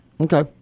Okay